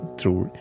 tror